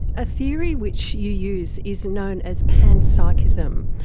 a theory which you use is known as panpsychism.